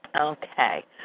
Okay